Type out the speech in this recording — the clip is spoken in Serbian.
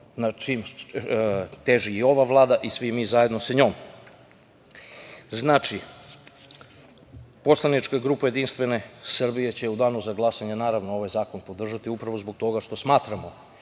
nad čim teži i ova Vlada i svi mi zajedno sa njom. Poslanička grupa Jedinstvene Srbije će u danu za glasanje, naravno, ovaj zakon podržati upravo zbog toga što smatramo